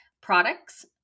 products